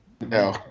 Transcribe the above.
No